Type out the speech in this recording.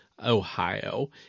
Ohio